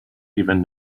even